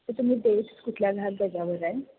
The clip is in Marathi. तर तुम्ही डेट्स कुठल्या घ्याल त्याच्यावर जाईल